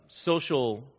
social